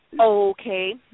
Okay